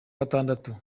gatandatu